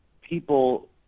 people